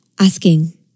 asking